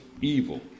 evil